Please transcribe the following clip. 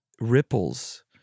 ripples